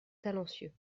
talencieux